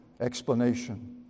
explanation